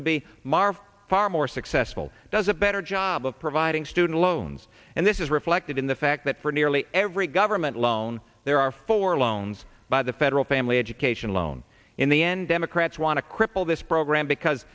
mar far more successful does a better job of providing student loans and this is reflected in the fact that for nearly every government loan there are for loans by the federal family education loan in the end democrats want to cripple this program because